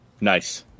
Nice